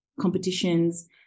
competitions